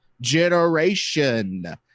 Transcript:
generation